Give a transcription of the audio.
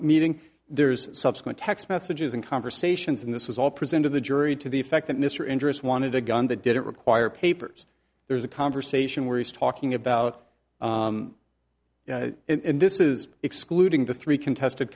meeting there's subsequent text messages and conversations and this was all present of the jury to the effect that mr interest wanted a gun that didn't require papers there's a conversation where he's talking about and this is excluding the three contested